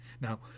Now